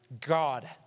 God